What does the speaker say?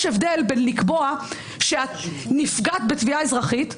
יש הבדל בין לקבוע שאת נפגעת בתביעה אזרחית,